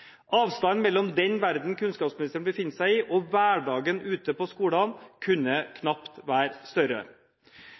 mellom den verdenen kunnskapsministeren befinner seg i, og hverdagen ute på skolene kunne knapt være større.